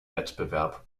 wettbewerb